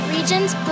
Regions